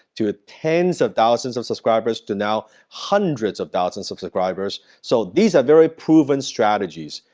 to tens of thousands of subscribers, to now, hundreds of thousands of subscribers. so, these are very proven strategies.